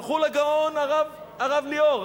הלכו לגאון הרב ליאור,